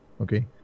okay